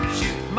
Shoot